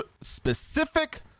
specific